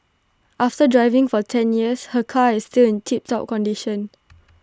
after driving for ten years her car is still in tiptop condition